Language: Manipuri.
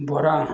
ꯕꯣꯔꯥ